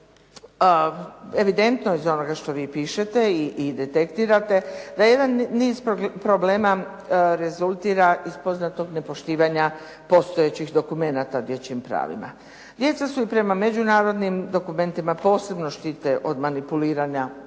evidentno iz onoga što vi pišete i detektirate da jedan niz problema rezultira iz poznatog nepoštivanja postojećih dokumenata o dječjim pravima. Djeca su i prema međunarodnim dokumentima posebno štite od manipuliranja u